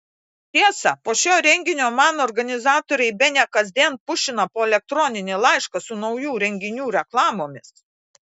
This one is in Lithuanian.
tiesa po šio renginio man organizatoriai bene kasdien pušina po elektroninį laišką su naujų renginių reklamomis